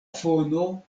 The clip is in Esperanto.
fono